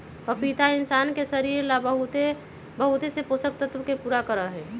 पपीता इंशान के शरीर ला बहुत से पोषक तत्व के पूरा करा हई